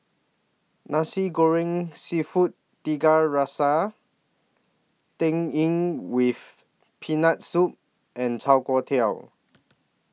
Nasi Goreng Seafood Tiga Rasa Tang Yuen with Peanut Soup and Chai Kuay Tow